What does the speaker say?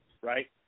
right